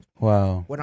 Wow